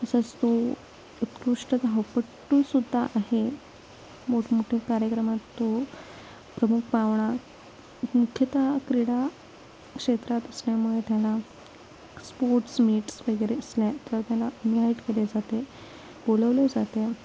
तसंच तो उत्कृष्ट धावपट्टूसुद्धा आहे मोठमोठे कार्यक्रमात तो प्रमुख पाहुणा मुख्यतः क्रीडा क्षेत्रात असल्यामुळे त्याला स्पोर्ट्स मीट्स वगैरे असल्या तर त्याला इन्व्हाईट केले जाते बोलवले जाते